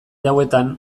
hauetan